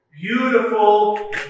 Beautiful